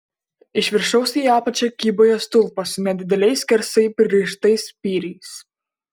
iš viršaus į apačią kybojo stulpas su nedideliais skersai pririštais spyriais